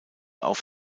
auf